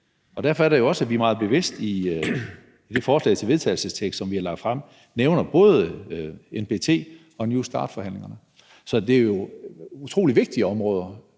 Og det er jo også derfor, at vi er meget bevidste i det forslag til vedtagelse, som vi har lagt frem, om, at vi både nævner NPT- og New START-forhandlingerne. Så det er jo utrolig vigtige områder,